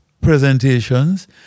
presentations